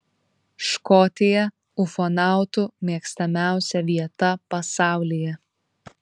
škotija ufonautų mėgstamiausia vieta pasaulyje